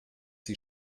sie